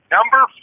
Number